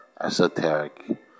esoteric